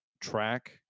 track